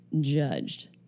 judged